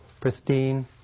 pristine